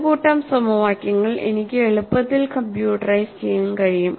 ഒരു കൂട്ടം സമവാക്യങ്ങൾ എനിക്ക് എളുപ്പത്തിൽ കമ്പ്യൂട്ടറൈസ് ചെയ്യാൻ കഴിയും